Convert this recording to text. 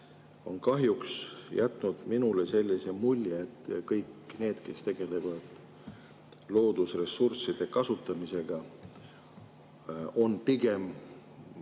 on kahjuks jätnud minule sellise mulje, et kõik need, kes tegelevad loodusressursside kasutamisega, on pigem